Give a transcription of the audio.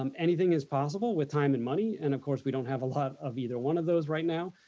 um anything is possible with time and money, and of course, we don't have a lot of either one of those right now.